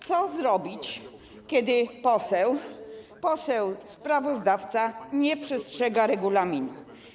Co zrobić, kiedy poseł sprawozdawca nie przestrzega regulaminu?